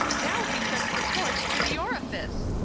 now he sets the torch to the orifice.